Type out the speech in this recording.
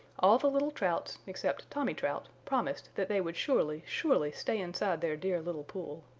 all the little trouts, except tommy trout, promised that they would surely, surely stay inside their dear little pool.